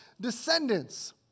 descendants